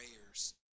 prayers